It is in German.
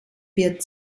wird